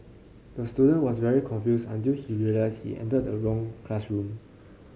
the student was very confused until he realised he entered the wrong classroom